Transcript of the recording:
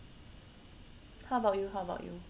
how about you how about you